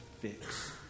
fix